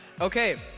Okay